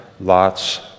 Lot's